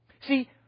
See